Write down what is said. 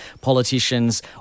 politicians